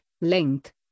length